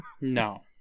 No